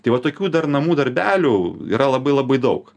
tai vat tokių dar namų darbelių yra labai labai daug